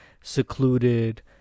secluded